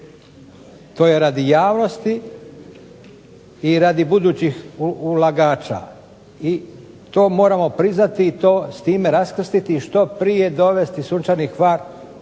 To je radi javnosti i radi budućih ulagača i to moramo priznati i s time raskrstiti i što prije dovesti Sunčani Hvar u